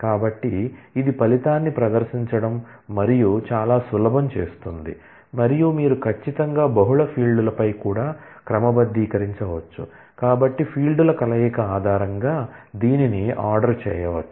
కాబట్టి ఇది ఫలితాన్ని ప్రదర్శించడం మరియు చాలా సులభం చేస్తుంది మరియు మీరు ఖచ్చితంగా బహుళ ఫీల్డ్లపై కూడా క్రమబద్ధీకరించవచ్చు కాబట్టి ఫీల్డ్ల కలయిక ఆధారంగా దీన్ని ఆర్డర్ చేయవచ్చు